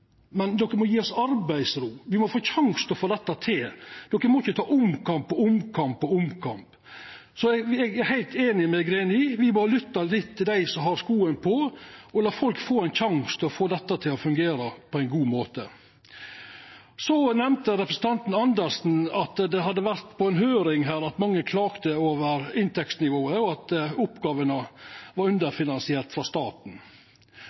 men de må gje oss arbeidsro, me må få sjansen til å få dette til, de må ikkje ta omkamp på omkamp. Så eg er heilt einig med Greni, me må lytta litt til dei som har skorne på og lata folk få sjansen til å få dette til å fungera på ein god måte. Så nemnde representanten Karin Andersen at det hadde vore oppe på ei høyring her at mange klaga over inntektsnivået, og at oppgåvene var underfinansierte frå staten.